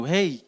Hey